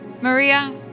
Maria